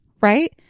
Right